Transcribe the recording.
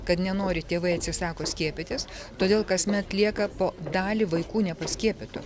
kad nenori tėvai atsisako skiepytis todėl kasmet lieka po dalį vaikų nepaskiepytų